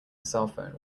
cellphone